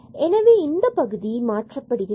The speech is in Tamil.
எனவே இந்த பகுதி மாற்றப்படுகிறது